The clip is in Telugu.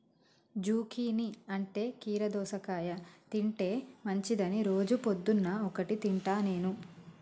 జుకీనీ అంటే కీరా దోసకాయ తింటే మంచిదని రోజు పొద్దున్న ఒక్కటి తింటా నేను